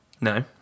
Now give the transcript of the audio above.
No